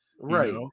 Right